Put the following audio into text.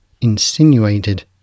insinuated